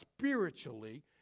spiritually